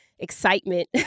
excitement